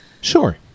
Sure